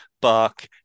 buck